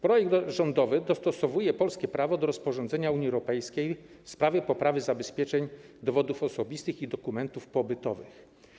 Projekt rządowy dostosowuje polskie prawo do rozporządzenia Unii Europejskiej w sprawie poprawy zabezpieczeń dowodów osobistych i dokumentów pobytowych.